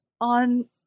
on